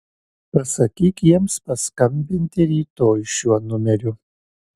pasakyk jiems paskambinti rytoj šiuo numeriu